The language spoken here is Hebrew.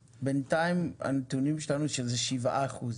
בינתיים הנתונים שיש לנו הם שבעה אחוזים,